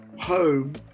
home